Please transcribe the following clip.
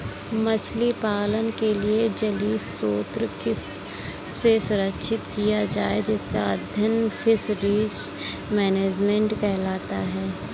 मछली पालन के लिए जलीय स्रोत किस तरह से संरक्षित किए जाएं इसका अध्ययन फिशरीज मैनेजमेंट कहलाता है